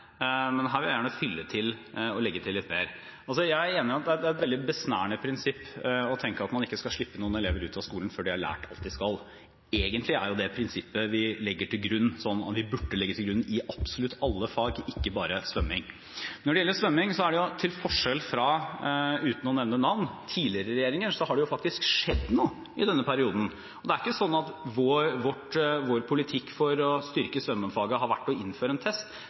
men jeg vil gjerne legge til litt mer. Jeg er enig i at det er et veldig besnærende prinsipp å tenke at man ikke skal slippe noen elever ut av skolen før de har lært alt de skal. Egentlig er det det prinsippet vi legger til grunn og burde legge til grunn, i absolutt alle fag, ikke bare svømming. Når det gjelder svømming, har man til forskjell fra – uten å nevne navn – tidligere regjeringer faktisk gjort noe i denne perioden. Det er ikke sånn at vår politikk for å styrke svømmefaget har vært å innføre en test.